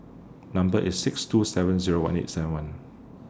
Number IS six two seven Zero one eight seven one